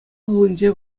хулинче